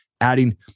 adding